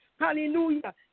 Hallelujah